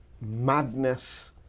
madness